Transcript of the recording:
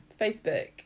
Facebook